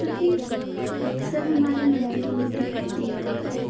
जो कि अक्सर हमारे मंदिरों में दिखाई दे जाती है